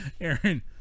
Aaron